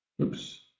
oops